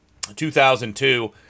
2002